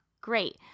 great